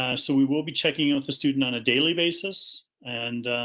ah so we will be checking with the student on a daily basis. and